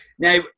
Now